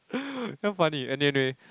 damn funny anyway anyway